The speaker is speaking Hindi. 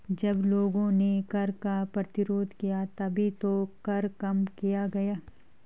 जब लोगों ने कर का प्रतिरोध किया तभी तो कर कम किया गया